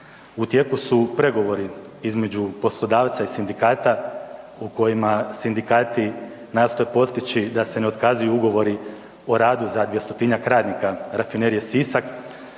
U tijeku su pregovori između poslodavca i sindikata u kojima sindikati nastoje postići da se ne otkazuju ugovori o radu za 200-njak radnika Rafinerije Sisak